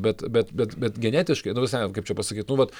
bet bet bet bet genetiškai nu ta prasme kaip čia pasakyt nu vat